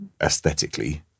aesthetically